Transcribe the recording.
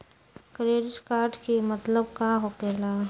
Credit card के मतलब का होकेला?